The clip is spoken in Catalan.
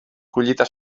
collita